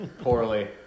Poorly